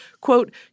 quote